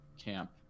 camp